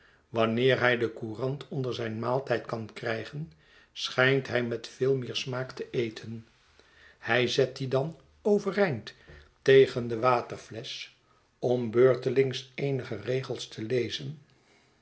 wanneer hij de courant onder zijn maaltijd kan krijgen schijnt hij met veel meer smaak te eten hij zet die dan overeind tegen de waterflesch om beurteiings eenige regels te lezen